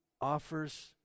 offers